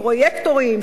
פרויקטורים,